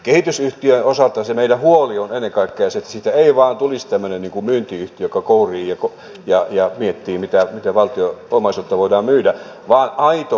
kehitysyhtiön osalta se meidän huolemme on ennen kaikkea se että siitä ei vain tulisi tämmöinen myyntiyhtiö joka kourii ja miettii miten valtionomaisuutta voidaan myydä vaan aito kehittämisyhtiö